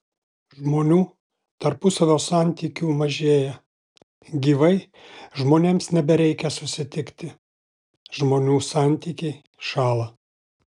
žmonių tarpusavio santykių mažėja gyvai žmonėms nebereikia susitikti žmonių santykiai šąla